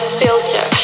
filter